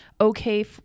Okay